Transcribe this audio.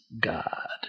God